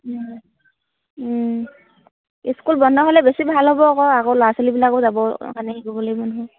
school বন্ধ হ'লে বেছি ভাল হ'ব আকৌ আকৌ ল'ৰা ছোৱালীবিলাকো যাব মানে হেৰি কৰিব লাগিব নহয়